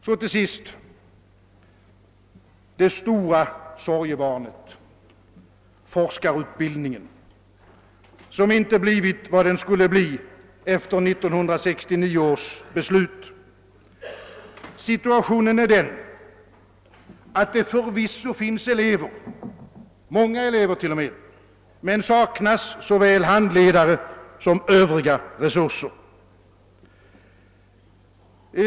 Så till sist några ord om det stora sorgebarnet, forskarutbildningen, som inte blivit vad den skulle bli efter 1969 års beslut. Situationen är den att det förvisso finns elever — många elever t.o.m. — men saknas såväl handledare som övriga resurser.